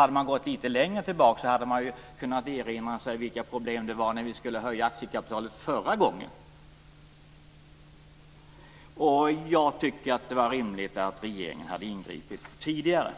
Hade man gått litet längre tillbaks hade man kunnat erinra sig vilka problem det var när vi skulle införa bestämmelser om höjt aktiekapital förra gången. Jag tycker att det hade varit rimligt att regeringen hade ingripit tidigare.